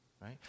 right